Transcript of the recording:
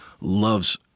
loves